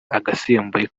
agasembuye